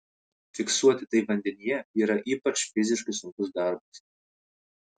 fiksuoti tai vandenyje yra ypač fiziškai sunkus darbas